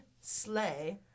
sleigh